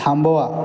थांबवा